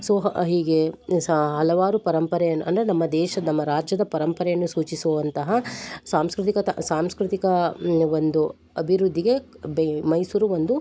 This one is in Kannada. ಸೊ ಹೀಗೆ ಸಾ ಹಲವಾರು ಪರಂಪರೆಯನ್ನು ಅಂದರೆ ನಮ್ಮ ದೇಶ ನಮ್ಮ ರಾಜ್ಯದ ಪರಂಪರೆಯನ್ನು ಸೂಚಿಸುವಂತಹ ಸಾಂಸ್ಕೃತಿಕ ತ ಸಾಂಸ್ಕೃತಿಕ ಒಂದು ಅಭಿವೃದ್ಧಿಗೆ ಬೇ ಮೈಸೂರು ಒಂದು